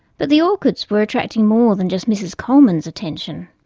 but the orchids were attracting more than just mrs. coleman's attention.